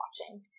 watching